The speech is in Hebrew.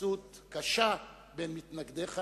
והתייחסות קשה בין מתנגדיך.